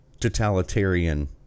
totalitarian